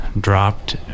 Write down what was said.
dropped